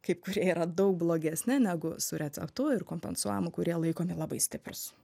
kai kurie yra daug blogesni negu su receptu ir kompensuojamu kurie laikomi labai stiprūs